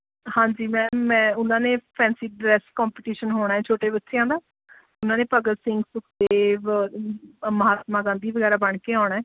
ਹਾਂਜੀ ਮੈਮ ਮੈਂ ਉਨ੍ਹਾਂ ਨੇ ਫੈਂਸੀ ਡਰੈੱਸ ਕੰਪੀਟੀਸ਼ਨ ਹੋਣਾ ਏ ਛੋਟੇ ਬੱਚਿਆਂ ਦਾ ਉਨ੍ਹਾਂ ਨੇ ਭਗਤ ਸਿੰਘ ਸੁਖਦੇਵ ਮਹਾਤਮਾ ਗਾਂਧੀ ਵਗੈਰਾ ਬਣ ਕੇ ਆਉਣਾ ਏ